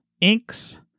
Inks